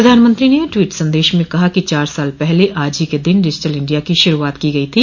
प्रधानमंत्री ने ट्वीट संदश में कहा कि चार वर्ष पहले आज ही के दिन डिजिटल इंडिया की शुरूआत की गई थी